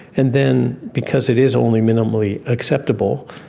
and then because it is only minimally acceptable,